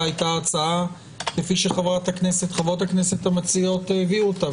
היתה הצעה כפי שחברות הכנסת המציעות הביאו אותה.